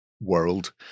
world